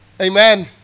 Amen